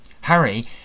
Harry